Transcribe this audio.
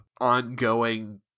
ongoing